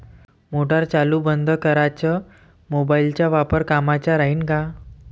Motor चालू बंद कराच मोबाईलचा वापर कामाचा राहीन का?